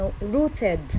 rooted